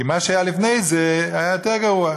כי מה שהיה לפני זה היה יותר גרוע.